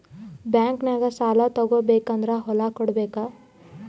ಬ್ಯಾಂಕ್ನಾಗ ಸಾಲ ತಗೋ ಬೇಕಾದ್ರ್ ಹೊಲ ಕೊಡಬೇಕಾ?